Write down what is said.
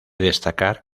destacar